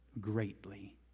greatly